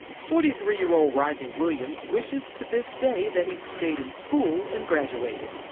forty three year old rodney williams wishes to this day that he'd stayed in school and graduated.